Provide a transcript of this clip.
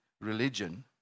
religion